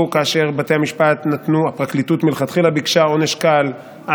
כאשר בתי המשפט נתנו הפרקליטות מלכתחילה ביקשה עונש קל,